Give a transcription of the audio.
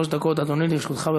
אדוני, לרשותך שלוש דקות.